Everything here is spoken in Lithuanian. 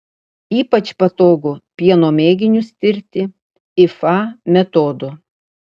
ypač patogu pieno mėginius tirti ifa metodu